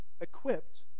equipped